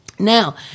Now